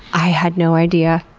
i had no idea.